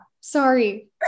sorry